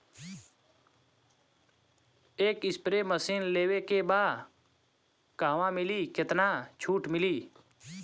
एक spray machine लेवे के बा कहवा मिली केतना छूट मिली?